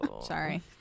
sorry